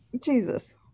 Jesus